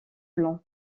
blanc